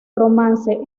romance